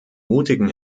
mutigen